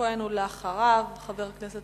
חבר הכנסת